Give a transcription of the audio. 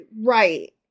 Right